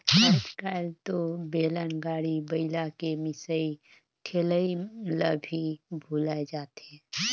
आयज कायल तो बेलन, गाड़ी, बइला के मिसई ठेलई ल भी भूलाये जाथे